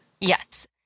Yes